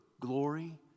glory